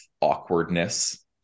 awkwardness